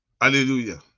Hallelujah